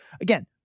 Again